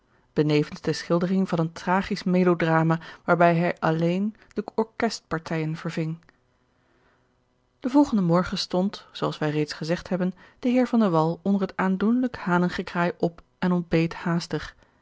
benevens de schildering van een tragisch melodrama waarbij hij alleen de orkestpartijen verving den volgenden morgen stond zoo als wij reeds gezegd hebben de heer van de wall onder het aandoenlijk hanengekraai op en ontbeet haastig